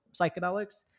psychedelics